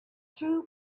two